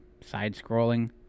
side-scrolling